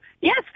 yes